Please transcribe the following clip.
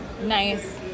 Nice